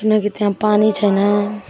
किनकि त्यहाँ पानी छैन